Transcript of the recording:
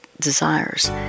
desires